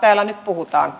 täällä nyt puhutaan